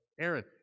Aaron